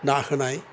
ना होनाय